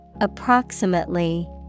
Approximately